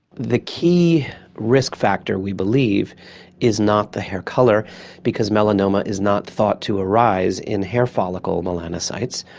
the key risk factor we believe is not the hair colour because melanoma is not thought to arise in hair follicle melanocytes,